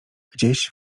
gdzieś